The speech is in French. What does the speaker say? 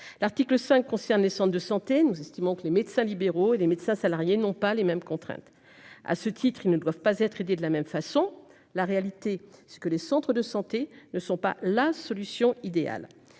L'article 5 concernent Centre de santé. Nous estimons que les médecins libéraux et des médecins salariés n'ont pas les mêmes contraintes à ce titre ils ne doivent pas être aidés de la même façon la réalité ce que les centres de santé ne sont pas la solution idéale.